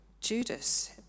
Judas